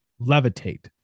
levitate